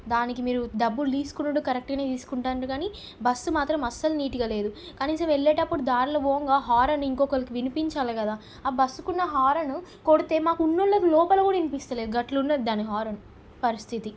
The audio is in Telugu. దానికి మీరు డబ్బులు దీసుకొనుడు కరెక్ట్గానే తీసుకుంటున్నారు కాని బస్సు మాత్రం అస్సలు నీట్గా లేదు కనీసం వెళ్లేటప్పుడు దారిలో పోవంగా హారను ఇంకోకలికి వినిపించాలి కదా ఆ బస్సుకున్న హారను కొడితే మాకున్నోళ్ళకి లోపల కుడా వినిపిస్తలేదు అట్లున్నది దాని హారన్ పరిస్థితి